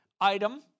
item